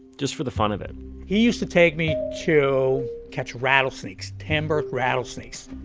just for the fun of it he used to take me to catch rattlesnakes, timber rattlesnakes.